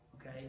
Okay